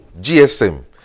GSM